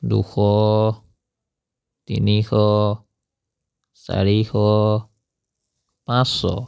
দুশ তিনিশ চাৰিশ পাঁচশ